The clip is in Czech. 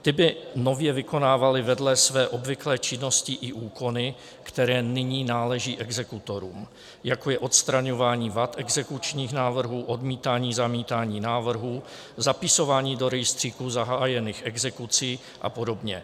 Ty by nově vykonávaly vedle své obvyklé činnosti i úkony, které nyní náleží exekutorům, jako je odstraňování vad exekučních návrhů, odmítání, zamítání návrhů, zapisování do rejstříku zahájených exekucí apod.